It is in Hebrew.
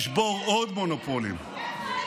נשבור עוד מונופולים, פיקציה, פיקציה.